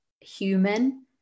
human